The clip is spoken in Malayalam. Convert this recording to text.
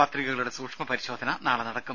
പത്രികകളുടെ സൂക്ഷ്മ പരിശോധന നാളെ നടക്കും